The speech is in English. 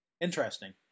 interesting